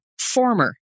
former